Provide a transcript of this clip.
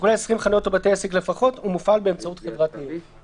שמונה 20 חנויות או בתי עסק לפחות ומופעל באמצעות חברת ניהול.